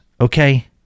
Okay